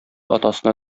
атасына